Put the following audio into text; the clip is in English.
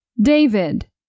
David